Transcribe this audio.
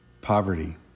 Poverty